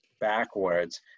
backwards